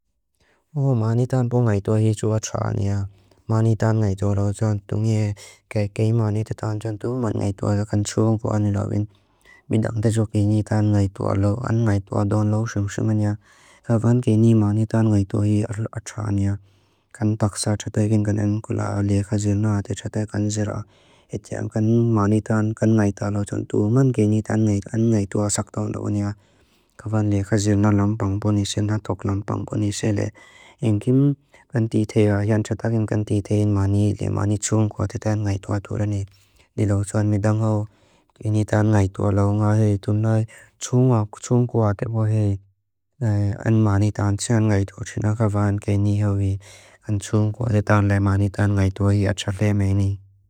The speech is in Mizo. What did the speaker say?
ḵu ḵu ma nítan pu ngaítuáhi chu áchániá, ma nítan ngaítuálau chántu ngué ké ké ma nítuálau chántu ma ngaítuálau chántu chú ánku áni lauín. Bidánta chú ké nítan ngaítuálau án ngaítuádaun lau shum shumanyá. Kávan ké ní ma nítan ngaítuáhi áchániá. Kán táxá chátaikín kán án kulá án lé xá zírná átá chátaikán zírá. Héti án kán ma nítan kán ngaítuálau chántu ma n ké nítan ngaítuálau án ngaítuálau chántu áni lauín. Kávan lé xá zírná lampánk pu nísé na tók lampánk pu nísé lé. Án kín kán títé án chátaikín kán títé ma ní lé ma nítuálau chántu áni ngaítuálau áni. Lé lóosá án mí tángháu ké nítan ngaítuálau ángá hé tún lái tsuúngá kú tsuúngkú áté pu hé. Án ma nítan chán ngaítuá chú na kávan ké ní hauí. Án tsuúngkú áté tán lé ma nítan ngaítuáhi áchá fé méini.